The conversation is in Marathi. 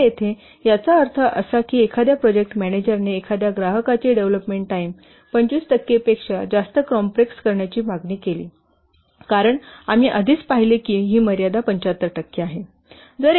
तरतेथे याचा अर्थ असा की एखाद्या प्रोजेक्ट मॅनेजरने एखाद्या ग्राहकाची डेव्हलपमेंट टाईम 25 पेक्षा जास्त कॉम्प्रेस करण्याची मागणी मान्य केली कारण आम्ही आधीच पाहिले आहे की ही मर्यादा 75 टक्के आहे